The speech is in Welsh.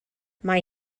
mae